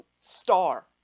star